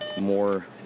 more